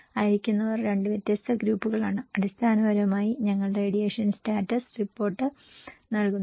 അയയ്ക്കുന്നവർ രണ്ട് വ്യത്യസ്ത ഗ്രൂപ്പുകളാണ് അടിസ്ഥാനപരമായി ഞങ്ങൾ റേഡിയേഷൻ സ്റ്റാറ്റസ് റിപ്പോർട്ട് നൽകുന്നു